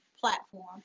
platform